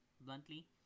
bluntly